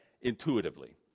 Intuitively